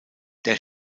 der